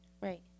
Right